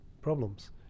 problems